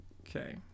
okay